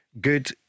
good